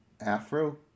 Afro